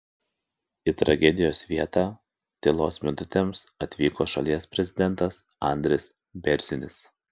į tragedijos vietą tylos minutėms atvyko šalies prezidentas andris bėrzinis